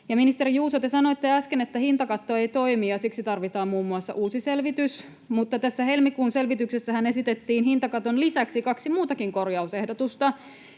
Ministeri Juuso, te sanoitte äsken, että hintakatto ei toimi ja siksi tarvitaan muun muassa uusi selvitys, mutta tässä helmikuun selvityksessähän esitettiin hintakaton lisäksi kaksi muutakin korjausehdotusta,